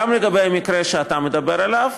גם לגבי המקרה שאתה מדבר עליו,